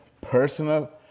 personal